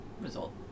result